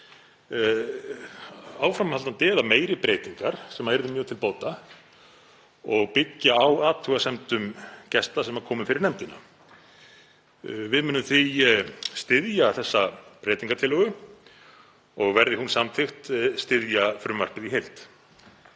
áframhaldandi eða meiri breytingar sem yrðu mjög til bóta og byggja á athugasemdum gesta sem komu fyrir nefndina. Við munum því styðja þessa breytingartillögu og, verði hún samþykkt, styðja frumvarpið í heild.